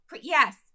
yes